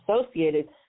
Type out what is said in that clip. associated